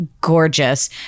gorgeous